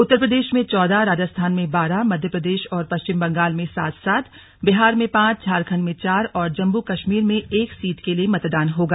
उ र्तार प्रदेश में चौदह राजस्थान में बारह मध्य प्रदेश और पश्चिम बंगाल में सात सात बिहार में पांच झारखंड में चार और जम्मू कश्मीर में एक सीट के लिए मतदान होगा